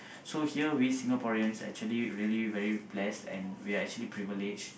so here we Singaporeans actually really very blessed and we are actually privileged